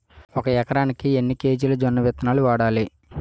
ఒక ఎకరానికి ఎన్ని కేజీలు జొన్నవిత్తనాలు వాడాలి?